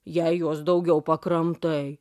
jei jos daugiau pakramtai